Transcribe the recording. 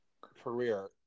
career